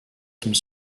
some